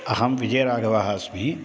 अहं विजयराघवः अस्मि